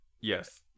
yes